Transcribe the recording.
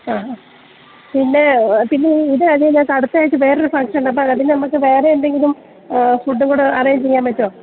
ആ പിന്നേ പിന്നെ ഇതു കഴിഞ്ഞ് അടുത്ത ആഴ്ച നമ്മള്ക്കു വേറൊരു ഫങ്ങ്ഷനുണ്ട് അതിനു നമ്മള്ക്കു വേറെ എന്തെങ്കിലും ഫുഡുങ്കൂടെ അറേഞ്ച് ചെയ്യാൻ പറ്റുമോ